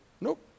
Nope